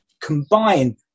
combine